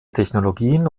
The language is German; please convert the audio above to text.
technologien